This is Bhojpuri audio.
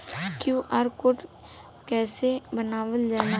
क्यू.आर कोड कइसे बनवाल जाला?